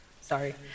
Sorry